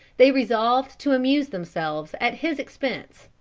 they resolved to amuse themselves at his expense,